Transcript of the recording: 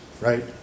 right